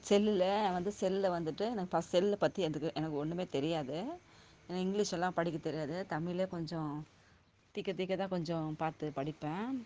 செல்லில் வந்து செல்லில் வந்துட்டு எனக்கு ப செல்லை பற்றி எந்த எனக்கு ஒன்றுமே தெரியாது இங்கிலீஷெல்லாம் படிக்க தெரியாது தமிழே கொஞ்சம் திக்கி திக்கிதான் கொஞ்சம் பார்த்து படிப்பேன்